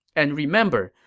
and remember,